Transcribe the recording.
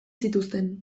zituzten